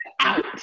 out